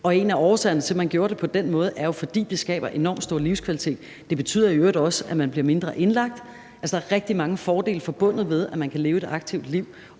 En af årsagerne til, at man gjorde det på den måde, som man gjorde, var jo, at det skaber enormt stor livskvalitet. Det betyder i øvrigt også, at man bliver mindre indlagt. Der er rigtig mange fordele, også på økonomisiden, forbundet med, at man kan leve et aktivt liv.